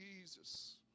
Jesus